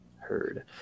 Heard